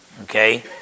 Okay